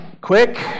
Quick